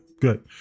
good